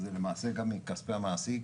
זה למעשה גם מכספי המעסיק,